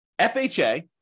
FHA